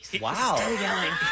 Wow